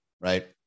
right